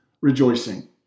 rejoicing